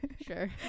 Sure